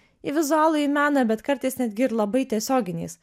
į vizualųjį meną bet kartais netgi ir labai tiesioginiais